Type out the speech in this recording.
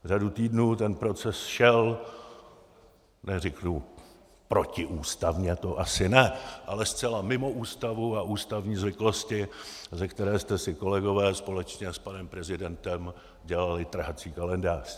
Řadu týdnů ten proces šel neřeknu protiústavně, to asi ne, ale zcela mimo Ústavu a ústavní zvyklosti, ze které jste si, kolegové, společně s panem prezidentem dělali trhací kalendář.